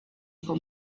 for